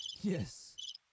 yes